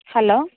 hello